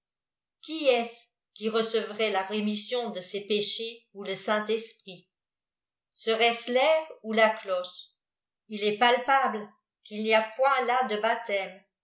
de l'eau qui çst cequi recevrait la rémission de ses péchés ou le saint-esprit serait-ce l'air ou la cloche il est palpable qu'il n'y a point là de baptême